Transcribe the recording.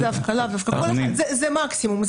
לאו דווקא, זה המקסימום.